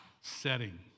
setting